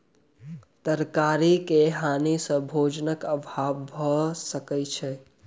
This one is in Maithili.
तरकारी के हानि सॅ भोजनक अभाव भअ सकै छै